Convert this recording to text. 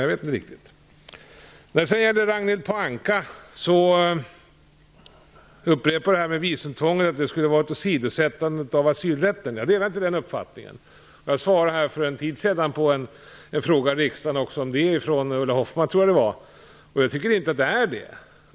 Jag vill upprepa, Ragnhild Pohanka, att jag inte delar uppfattningen att visumtvånget skulle innebära åsidosättande av asylrätten. Jag svarade så för en tid sedan på en fråga av Ulla Hoffmann. Jag tycker som sagt inte att det är det.